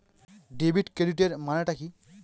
Debit ক্রেডিটের মানে টা কি?